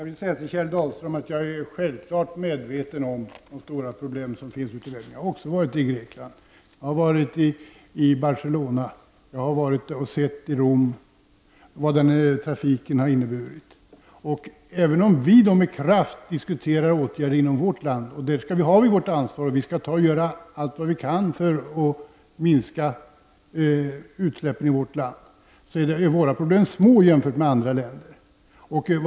Fru talman! Självfallet är jag, Kjell Dahlström, medveten om de stora problemen i Grekland i de här sammanhanget. Jag har också varit i Grekland, så jag vet hur det förhåller sig. Men jag har också varit i Barcelona och Rom, så jag har sett vad trafiken påverkar. Vi diskuterar med kraft olika åtgärder i vårt land. Vi skall ta vårt ansvar, och vi skall göra allt som står i vår makt för att åstadkomma en minskning av utsläppen i vårt land. Men våra problem är små jämfört med förhållandena i andra länder.